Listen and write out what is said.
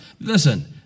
Listen